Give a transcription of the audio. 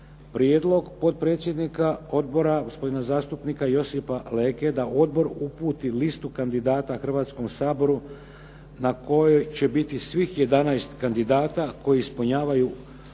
Prijedlog potpredsjednika odbora gospodina zastupnika Josipa Leke da odbor uputi listu kandidata Hrvatskom saboru na kojoj će biti svih 11 kandidata koji ispunjavaju